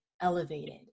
elevated